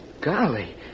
golly